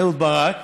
אהוד ברק,